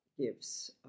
gives